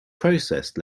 processed